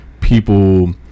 people